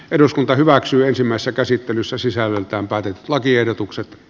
eduskunta hyväksyy etymmässä käsittelyssä sisällöltään päätet lakiehdotukset